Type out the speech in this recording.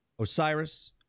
Osiris